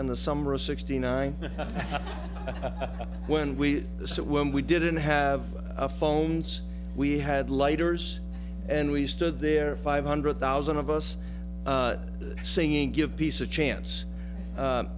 in the summer of sixty nine when we sit when we didn't have a phones we had lighters and we stood there five hundred thousand of us the singing give peace a chance